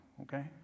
okay